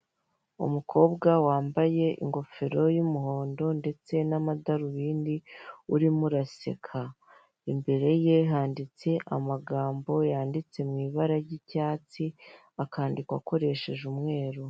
Umukobwa wambaye ingofero y'umuhondo ndetse n'amadarubindi urimo uraseka imbere ye handitse amagambo yanditse mu ibara ry'icyatsi akandikwa akoreshejwe umweru .